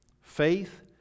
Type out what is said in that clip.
Faith